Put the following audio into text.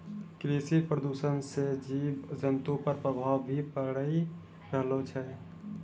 कृषि प्रदूषण से जीव जन्तु पर प्रभाव भी पड़ी रहलो छै